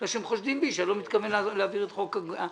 היא מכיוון שהם חושדים בי שאני לא מתכוון להעביר את חוק הגמ"חים.